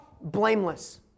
blameless